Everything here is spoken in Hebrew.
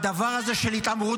מה צודק?